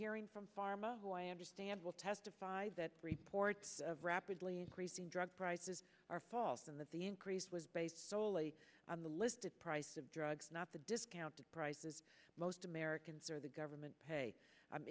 hearing from pharma who i understand will testify that reports of rapidly increasing drug prices are false and that the increase was based soley on the listed price of drugs not the discounted prices most americans or the government pay